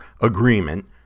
agreement